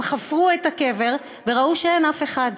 הם חפרו את הקבר וראו שאין אף אחד.